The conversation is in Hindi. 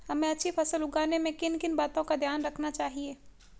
हमें अच्छी फसल उगाने में किन किन बातों का ध्यान रखना चाहिए?